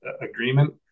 agreement